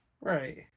right